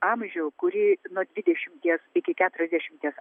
amžių kurį nuo dvidešimties iki keturiasdešimties